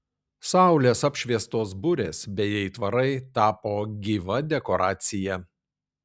saulės apšviestos burės bei aitvarai tapo gyva dekoracija